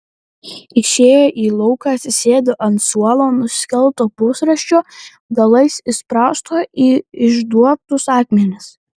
išėjo į lauką atsisėdo ant suolo nuskelto pusrąsčio galais įsprausto į išduobtus akmenis